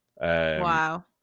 Wow